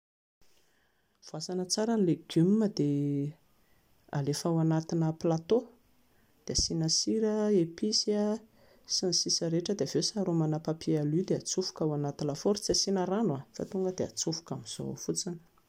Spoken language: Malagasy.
Voasana tsara ny légume dia alefa ao anatina plateau dia asiana sira, épices sy ny sisa rehetra dia avy eo saromana papier alu, dia hatsofoka ao anaty lafaoro, tsy asiana rano fa tonga dia hatsofoka amin'izao ao fotsiny